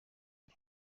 uri